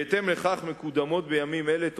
בהתאם לכך מקודמות בימים אלה על-ידי העירייה